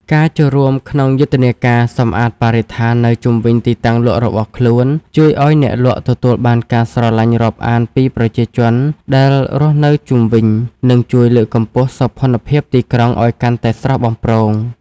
ការចូលរួមក្នុងយុទ្ធនាការសម្អាតបរិស្ថាននៅជុំវិញទីតាំងលក់របស់ខ្លួន ជួយឱ្យអ្នកលក់ទទួលបានការស្រឡាញ់រាប់អានពីប្រជាជនដែលរស់នៅជុំវិញ និងជួយលើកកម្ពស់សោភ័ណភាពទីក្រុងឱ្យកាន់តែស្រស់បំព្រង។